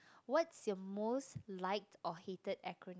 what's your most liked or hated acronym